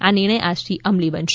આ નિર્ણય આજથી અમલી બનશે